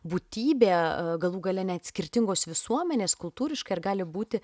būtybė galų gale net skirtingos visuomenės kultūriškai ar gali būti